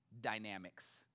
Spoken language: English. dynamics